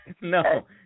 No